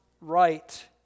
right